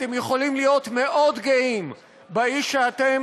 אתם יכולים להיות מאוד גאים באיש שאתם